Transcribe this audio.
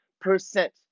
percent